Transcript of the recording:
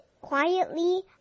quietly